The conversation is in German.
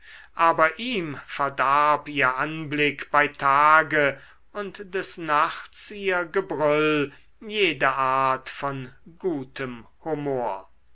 aber ihm verdarb ihr anblick bei tage und des nachts ihr gebrüll jede art von gutem humor